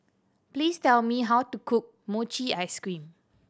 please tell me how to cook mochi ice cream